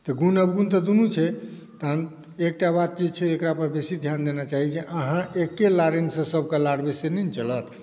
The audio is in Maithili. तऽ गुण अवगुण तऽ दुनू छै तहन एकटा बात छै एकरा पर बेसी ध्यान देना चाहैत छी अहाँ एके लागिन सॅं सभकेँ लारबै से नहि ने चलत